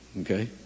okay